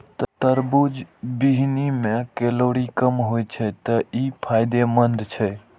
तरबूजक बीहनि मे कैलोरी कम होइ छै, तें ई फायदेमंद छै